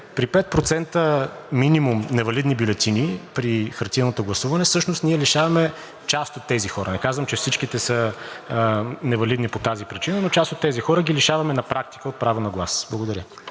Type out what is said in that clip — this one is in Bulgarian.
При 5% минимум невалидни бюлетини при хартиеното гласуване всъщност ние лишаваме част от тези хора. Не казвам, че всичките са невалидни по тази причина, но част от тези хора ги лишаваме на практика от право на глас. Благодаря